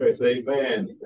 Amen